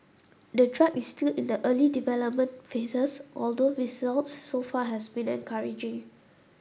the drug is still in the early development phases although results so far has been encouraging